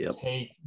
Take